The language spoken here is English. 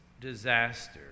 disaster